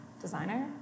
designer